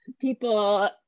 people